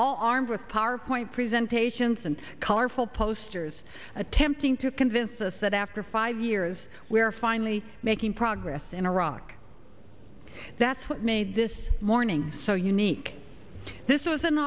all armed with powerpoint presentations and colorful posters attempting to convince us that after five years we are finally making progress in iraq that's what made this morning so unique this was an